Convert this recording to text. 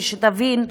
ושתבין,